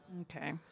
Okay